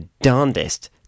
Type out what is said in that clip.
darndest